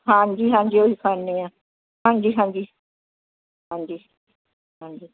ਹਾਂਜੀ ਹਾਂਜੀ ਉਹ ਹੀ ਖਾਂਦੇ ਹਾਂ ਹਾਂਜੀ ਹਾਂਜੀ ਹਾਂਜੀ ਹਾਂਜੀ